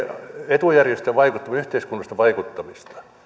etujärjestöjen vaikuttaminen on yhteiskunnallista vaikuttamista